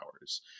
hours